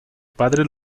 padres